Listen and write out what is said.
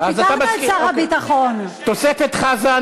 משפט אחרון,